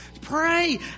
Pray